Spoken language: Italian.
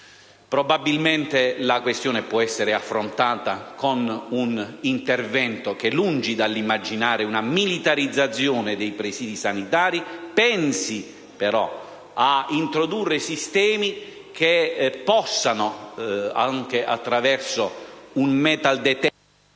Probabilmente la questione può essere affrontata con un intervento che, lungi dall'ipotizzare una militarizzazione dei presidi sanitari, porti però ad introdurre sistemi che, anche attraverso l'inserimento